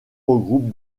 regroupe